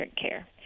care